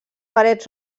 parets